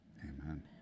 Amen